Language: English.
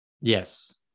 Yes